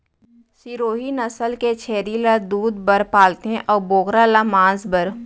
सिरोही नसल के छेरी ल दूद बर पालथें अउ बोकरा ल मांस बर